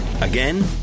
again